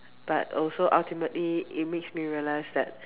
but also ultimately it makes me realised that